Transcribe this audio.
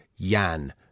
Jan